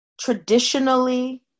traditionally